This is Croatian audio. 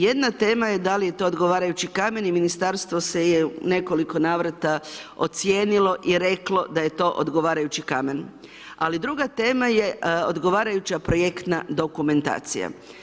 Jedna tema je da li je to odgovarajući kamen i ministarstvo se je u nekoliko navrata ocijenilo i reklo da je to odgovarajući kamen ali druga tema je odgovarajuća projektna dokumentacija.